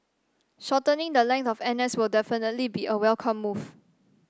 shortening the length of N S will definitely be a welcome move